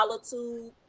solitude